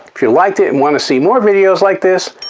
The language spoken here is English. if you liked it and want to see more videos like this,